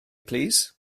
plîs